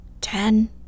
Ten